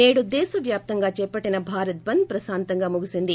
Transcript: నేదు దేశ వ్యాప్తంగా చేపట్లిన భారత్ బంద్ ప్రశాంతంగా ముగిసింది